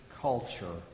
culture